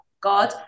God